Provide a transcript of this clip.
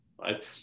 right